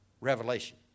revelation